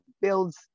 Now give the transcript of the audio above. builds